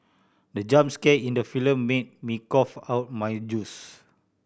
the jump scare in the film made me cough out my juice